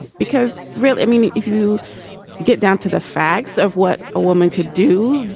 because really i mean, if you get down to the facts of what a woman could do,